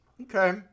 Okay